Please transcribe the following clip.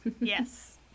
Yes